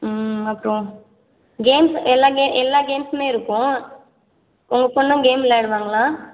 அப்புறோம் கேம்ஸ் எல்லா கே எல்லா கேம்ஸுமே இருக்கும் உங்கள் பொண்ணும் கேம் விளையாடுவாங்களா